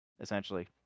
essentially